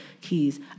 keys